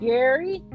Gary